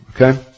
okay